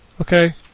Okay